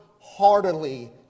heartily